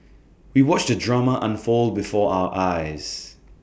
we watched the drama unfold before our eyes